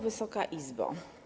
Wysoka Izbo!